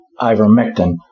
ivermectin